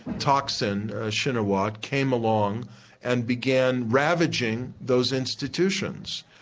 and thaksin shinawatra, came along and began ravaging those institutions,